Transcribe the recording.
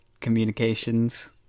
Communications